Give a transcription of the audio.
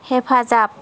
हेफाजाब